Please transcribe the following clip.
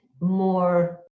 more